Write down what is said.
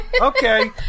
okay